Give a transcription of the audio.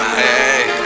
hey